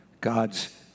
God's